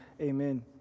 amen